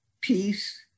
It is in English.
peace